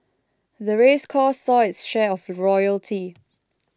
the race course saw its share of royalty